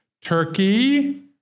Turkey